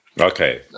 Okay